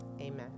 Amen